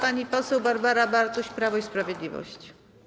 Pani poseł Barbara Bartuś, Prawo i Sprawiedliwość.